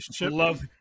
love